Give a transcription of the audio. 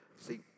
See